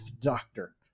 doctor